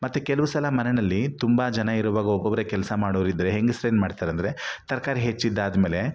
ಮತ್ತೆ ಕೆಲವು ಸಲ ಮನೇನಲ್ಲಿ ತುಂಬ ಜನ ಇರುವಾಗ ಒಬ್ಬೊಬ್ಬರೆ ಕೆಲಸ ಮಾಡೋರಿದ್ದರೆ ಹೆಂಗಸ್ರು ಏನು ಮಾಡ್ತಾರೆಂದ್ರೆ ತರ್ಕಾರಿ ಹೆಚ್ಚಿದ್ದಾದ್ಮೇಲೆ